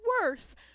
worse